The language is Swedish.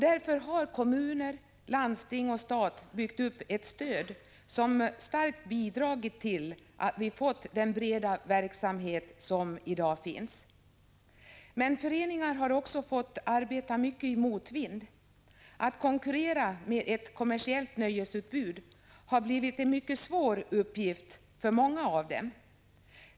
Därför har kommuner, landsting och stat byggt upp ett stöd som starkt har bidragit till att det i dag finns en så bred verksamhet. Föreningarna har också fått arbeta mycket i motvind. Att konkurrera med ett kommersiellt nöjesutbud har blivit en mycket svår uppgift för många av dem.